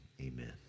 amen